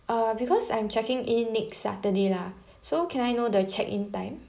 uh because I'm checking in next saturday lah so can I know the check-in time